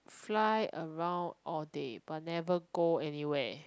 fly around all day but never go anywhere